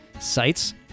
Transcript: sites